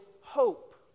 hope